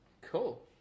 Cool